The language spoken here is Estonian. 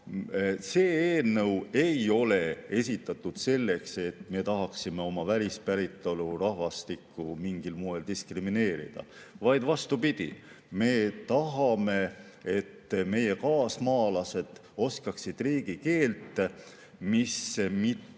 see eelnõu ei ole esitatud selleks, et me tahaksime oma välispäritolu rahvastikku mingil moel diskrimineerida. Vastupidi, me tahame, et meie kaasmaalased oskaksid riigikeelt, mis võimaldab